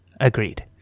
Agreed